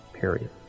period